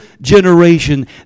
generation